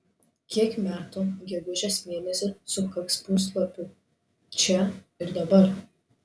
kiek metų gegužės mėnesį sukaks puslapiui čia ir dabar